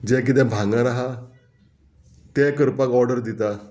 जें किदें भांगर आहा तें करपाक ऑर्डर दिता